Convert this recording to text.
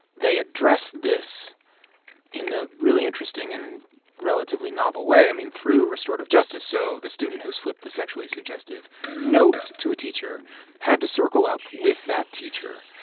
they address this in a really interesting and relatively novel way, i mean, through restorative justice. so the student who slipped the sexually suggestive note to a teacher had to circle up with that teacher.